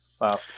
Wow